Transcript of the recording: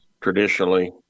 traditionally